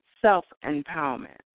self-empowerment